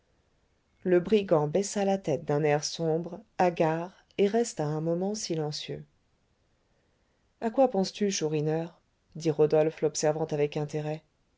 le brigand baissa la tête d'un air sombre hagard et resta un moment silencieux à quoi penses-tu chourineur dit rodolphe l'observant avec intérêt